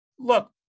Look